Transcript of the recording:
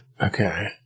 Okay